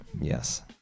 Yes